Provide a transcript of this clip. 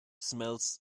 smells